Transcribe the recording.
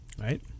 right